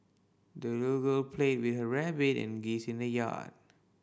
the little girl played with her rabbit and geese in the yard